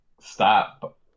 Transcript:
Stop